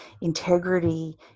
integrity